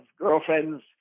girlfriends